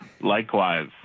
Likewise